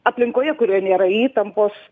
aplinkoje kurioje nėra įtampos